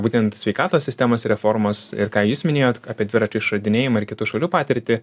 būtent sveikatos sistemos reformos ir ką jūs minėjot apie dviračių išradinėjimą ir kitų šalių patirtį